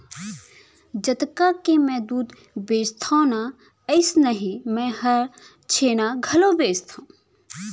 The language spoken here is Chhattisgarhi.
जतका के मैं दूद बेचथव ना अइसनहे मैं हर छेना घलौ बेचथॅव